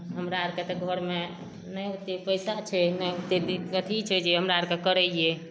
हमरा आरके तऽ घरमे नहि ओते पैसा छै नहि ओते दि अथी छै जे हमरा आरके करैया